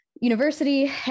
university